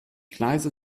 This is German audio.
gleise